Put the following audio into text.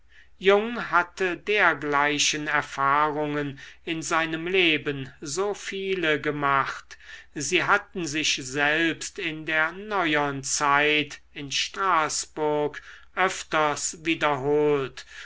jung hatte dergleichen erfahrungen in seinem leben so viele gemacht sie hatten sich selbst in der neuern zeit in straßburg öfters wiederholt